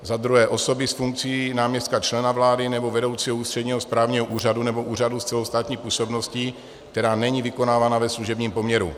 za druhé, osoby s funkcí náměstka člena vlády nebo vedoucího ústředního správního úřadu nebo úřadu s celostátní působností, která není vykonávaná ve služebním poměru.